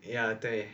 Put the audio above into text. ya 对